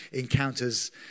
encounters